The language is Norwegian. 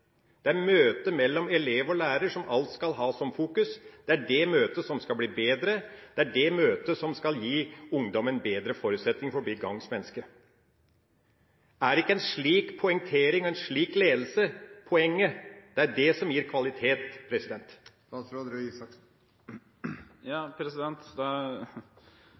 som alt skal ha som fokus. Det er det møtet som skal bli bedre. Det er det møtet som skal gi ungdom en bedre forutsetning for å bli gagns mennesker. Er ikke en slik poengtering, en slik ledelse, poenget? Det er det som gir kvalitet.